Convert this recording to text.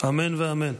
אמן ואמן.